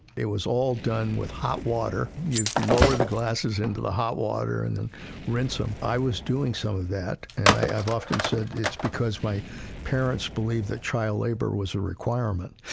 it was all done with hot water you lower the glasses into the hot water, and and rinse them i was doing some of that. and i've often said it's because my parents believed that child labor was a requirement.